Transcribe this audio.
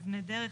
מבנה דרך,